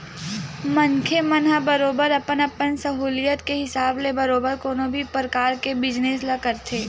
मनखे मन ह बरोबर अपन अपन सहूलियत के हिसाब ले बरोबर कोनो भी परकार के बिजनेस ल करथे